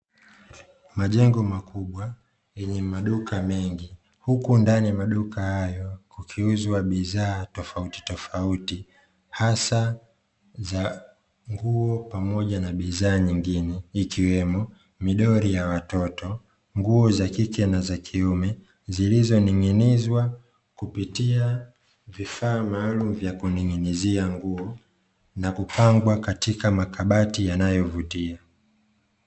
Majengo makubwa yenye maduka mengi, huku ndani ya maduka hayo kukiuzwa bidhaa tofautitofauti, hasa bidhaa za nguo pamoja na bidhaa nyengine ikiwemo midoli ya watoto, nguo za kike na za kiume, zilizo ning'inizwa kupitia vifaa maalumu vya kuning'inizia nguo na kupangwa katika makabati yanayo vutia.